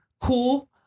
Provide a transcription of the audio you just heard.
cool